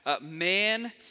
man